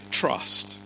trust